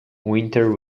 winter